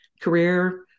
career